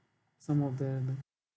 some of them